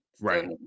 right